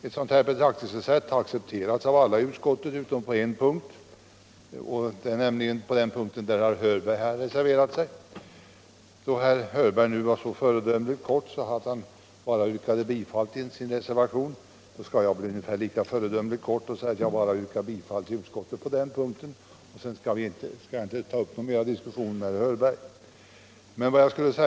Detta betraktelsesätt har accepterats av alla i utskottet utom på en punkt, nämligen den där herr Hörberg har reserverat sig. Då herr Hörberg var så föredömligt kortfattad att han bara yrkade bifall till sin reservation skall jag inte ta upp någon diskussion med honom utan bara yrka bifall till utskottets hemställan på den punkten.